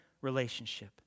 relationship